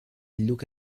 look